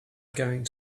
going